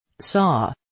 Saw